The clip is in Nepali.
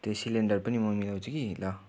त्यो सिलिन्डर पनि म मिलाउँछु कि ल